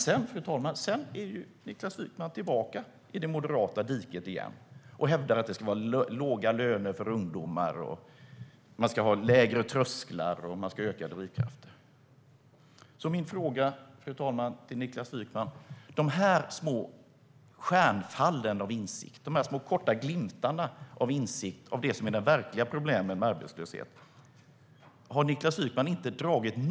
Sedan är dock Niklas Wykman tillbaka i det moderata diket igen och hävdar att det ska vara låga löner för ungdomar, att man ska ha lägre trösklar och att man ska öka drivkrafterna. Min fråga till Niklas Wykman är därför: Har Niklas Wykman inte dragit några som helst slutsatser av de här små stjärnfallen, de små korta glimtarna av insikt om vad som är de verkliga problemen med arbetslösheten?